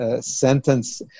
sentence